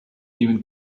even